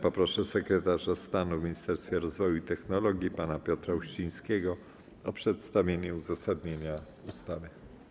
Poproszę sekretarza stanu w Ministerstwie Rozwoju i Technologii pana Piotra Uścińskiego o przedstawienie uzasadnienia projektu ustawy.